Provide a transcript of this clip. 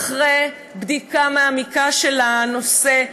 ואחרי בדיקה מעמיקה של הנושא,